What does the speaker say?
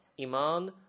Iman